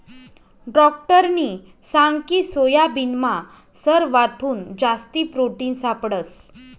डाक्टरनी सांगकी सोयाबीनमा सरवाथून जास्ती प्रोटिन सापडंस